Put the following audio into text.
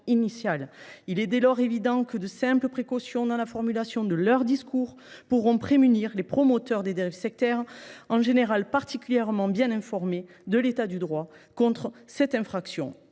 Il est dès lors évident que de simples précautions de discours pourront prémunir les promoteurs de dérives sectaires, qui sont en règle générale particulièrement bien informés de l’état du droit, contre cette infraction.